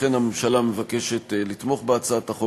לכן הממשלה מבקשת לתמוך בהצעת החוק,